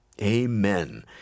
amen